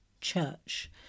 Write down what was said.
church